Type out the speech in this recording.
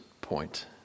point